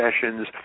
sessions